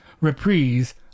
reprise